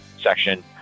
section